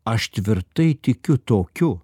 aš tvirtai tikiu tokiu